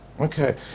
Okay